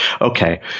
Okay